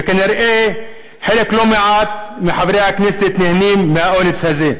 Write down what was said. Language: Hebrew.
וכנראה חלק לא מעט מחברי הכנסת נהנים מהאונס הזה.